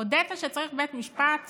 הודית שצריך בית משפט